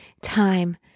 time